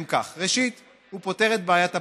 הם כך: ראשית, הוא פותר את בעיית הפקקים,